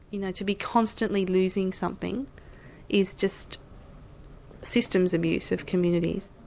you know to be constantly losing something is just systems abuse of communities.